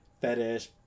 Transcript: fetish